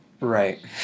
right